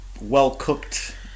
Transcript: well-cooked